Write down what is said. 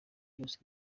cyose